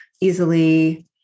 easily